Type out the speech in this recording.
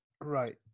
Right